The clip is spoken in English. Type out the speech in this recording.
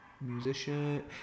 musician